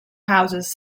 houses